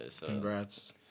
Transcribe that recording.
Congrats